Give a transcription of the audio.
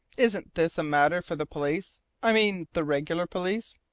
isn't this a matter for the police? i mean the regular police.